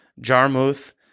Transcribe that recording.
Jarmuth